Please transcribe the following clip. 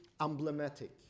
emblematic